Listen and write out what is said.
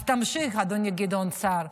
אז תמשיך, אדוני גדעון סער.